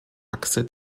achse